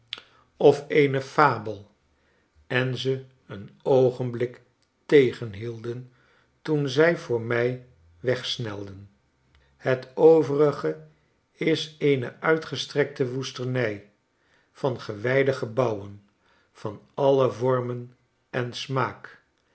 of eene fabel en ze een oogenblik tegenhielden toen zy voor mij wegsnelden het overige is eene uitgestrekte woestenij van gewijde gebouwen van alle vormen en smaak